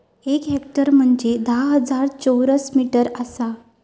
एक हेक्टर म्हंजे धा हजार चौरस मीटर आसा